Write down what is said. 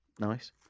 Nice